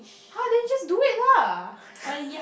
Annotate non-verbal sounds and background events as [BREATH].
!huh! then you just do it lah [BREATH]